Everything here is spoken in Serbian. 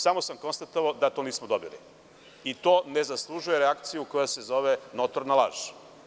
Samo sam konstatovao da to nismo dobili i to ne zaslužuje reakciju koja se zove notorna laž.